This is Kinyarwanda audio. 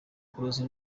close